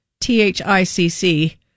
T-H-I-C-C